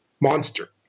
monster